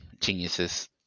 geniuses